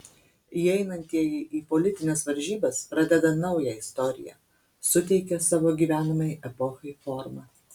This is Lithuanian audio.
įeinantieji į politines varžybas pradeda naują istoriją suteikia savo gyvenamai epochai formą